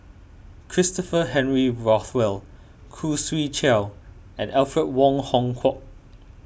Christopher Henry Rothwell Khoo Swee Chiow and Alfred Wong Hong Kwok